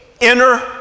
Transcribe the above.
inner